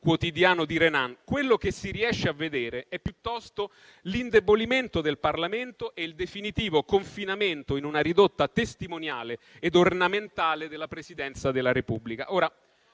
quotidiano di Renan, quello che si riesce a vedere è piuttosto l'indebolimento del Parlamento e il definitivo confinamento in una ridotta testimoniale ed ornamentale della Presidenza della Repubblica.